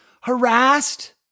harassed